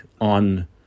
on